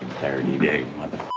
thirty days mother